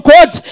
God